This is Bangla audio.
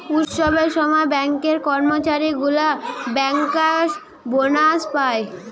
উৎসবের সময় ব্যাঙ্কের কর্মচারী গুলা বেঙ্কার্স বোনাস পায়